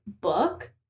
book